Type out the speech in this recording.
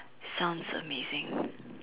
sounds amazing